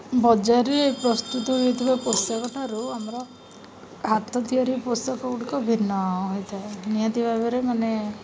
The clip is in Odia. ବଜାରରେ ପ୍ରସ୍ତୁତ ହୋଇଥିବା ପୋଷାକଠାରୁ ଆମର ହାତ ତିଆରି ପୋଷାକଗୁଡ଼ିକ ଭିନ୍ନ ହୋଇଥାଏ ନିହାତି ଭାବରେ ମାନେ